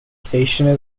station